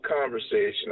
conversation